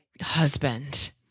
husband